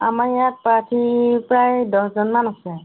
আমাৰ ইয়াত প্ৰাৰ্থী প্ৰায় দহজনমান আছে